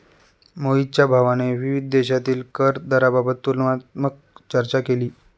मोहितच्या भावाने विविध देशांतील कर दराबाबत तुलनात्मक चर्चा केली